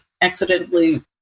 accidentally